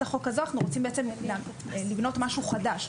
החוק הזאת אנחנו רוצים לבנות משהו חדש,